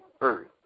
earth